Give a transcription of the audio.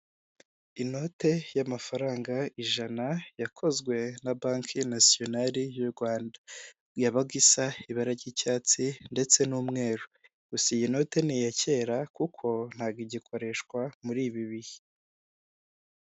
Inote y'amafaranga ijana, yakozwe na banki nasiyonari y'u Rwanda, yabaga isa ibara ry'icyatsi ndetse n'umweru. Gusa iyi note ni iya kera kuko ntago igikoreshwa muri ibi bihe.